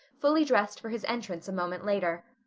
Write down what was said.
fully dressed for his entrance a moment later.